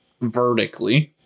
vertically